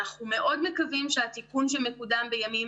אנחנו מאוד מקווים שהתיקון שמקודם בימים